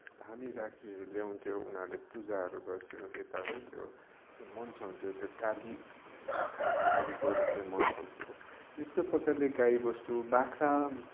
धामी झाँक्रीहरू ल्याउँथ्यो उनीहरूले पूजाहरू गर्थ्यो यता गर्थ्यो त्यो मन्साउँथ्यो त्यो काली आँखाहरू लागेको भन्ने मन्साउँथ्यो यस्तो प्रकारले गाईबस्तु बाख्रा